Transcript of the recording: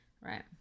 right